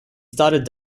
started